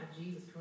Jesus